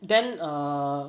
then err